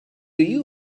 you